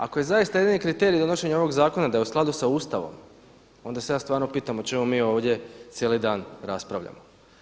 Ako je zaista jedini kriterij donošenje ovog zakona da je u skladu sa Ustavom onda se ja stvarno pitam o čemu mi ovdje cijeli dan raspravljanje.